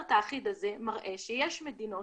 והסטנדרט האחיד הזה מראה שיש מדינות,